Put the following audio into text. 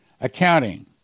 accounting